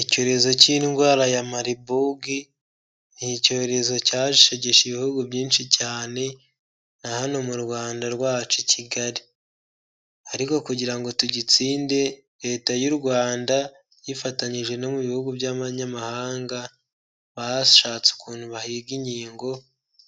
Icyorezo cy'indwara ya maribogi, ni icyorezo cyashegeshe ibihugu byinshi cyane, na hano mu Rwanda rwacu i Kigali, ariko kugira ngo tugitsinde, leta y'u Rwanda yifatanyije no mu bihugu by'abanyamahanga, bashatse ukuntu bahiga inkingo